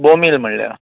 बोमील म्हळ्या